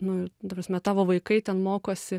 nu ta prasme tavo vaikai ten mokosi